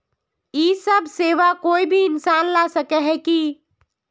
इ सब सेवा कोई भी इंसान ला सके है की?